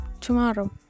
tomorrow